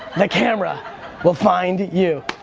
the camera will find you.